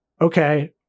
Okay